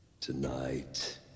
tonight